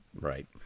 Right